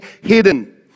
hidden